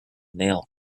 nail